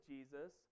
Jesus